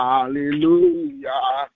Hallelujah